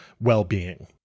well-being